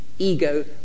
ego